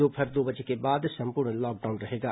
दोपहर दो बजे के बाद संपूर्ण लॉकडाउन रहेगा